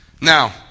Now